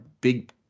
big